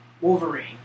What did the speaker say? Wolverine